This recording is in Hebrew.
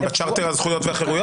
הן בצ'רטר על הזכויות והחירויות?